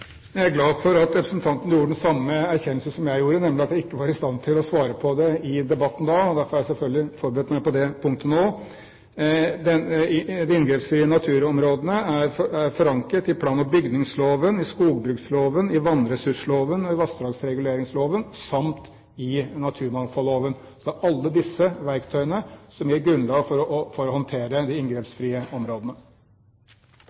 Jeg er glad for at representanten gjorde den samme erkjennelse som jeg gjorde, nemlig at jeg ikke var i stand til å svare på det i debatten da. Derfor har jeg selvfølgelig forberedt meg på det punktet nå. De inngrepsfrie naturområdene er forankret i plan- og bygningsloven, i skogbruksloven, i vannressursloven og i vassdragsreguleringsloven samt i naturmangfoldloven. Det er alle disse verktøyene som gir grunnlag for å håndtere de